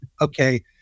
okay